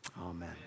amen